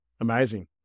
Amazing